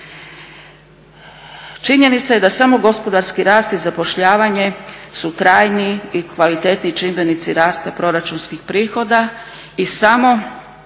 Činjenica je da samo gospodarski rast i zapošljavanje su trajni i kvalitetni čimbenici rasta proračunskih prihoda i samo